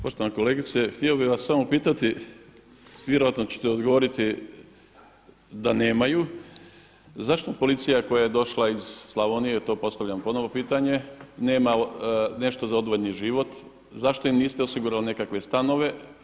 Poštovana kolegice htio bi vas samo pitati, vjerojatno ćete odgovoriti da nemaju, zašto policija koja je došla iz Slavonije to postavljam ponovno pitanje nema nešto za odvojeni život, zašto im niste osigurali nekakve stanove?